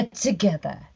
together